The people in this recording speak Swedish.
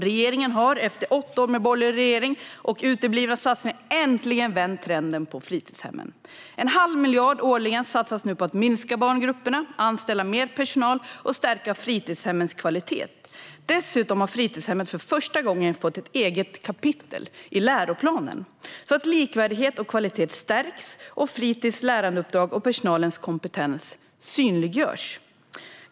Regeringen har efter åtta år med borgerligt styre och uteblivna satsningar äntligen vänt trenden när det gäller fritidshemmen. En halv miljard årligen satsas nu på att minska barngrupperna, anställa mer personal och stärka fritidshemmens kvalitet. Dessutom har fritidshemmet för första gången fått ett eget kapitel i läroplanen, så att likvärdighet och kvalitet stärks och fritis lärandeuppdrag och personalens kompetens synliggörs.